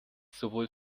sowohl